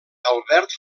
albert